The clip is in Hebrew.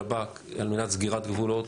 שב"כ לסגירת גבולות,